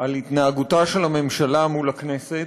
על התנהגותה של הממשלה מול הכנסת,